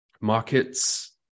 markets